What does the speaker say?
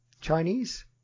Chinese